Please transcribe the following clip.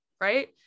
right